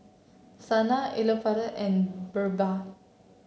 Saina Elattuvalapil and BirbaL